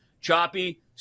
choppy